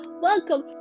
Welcome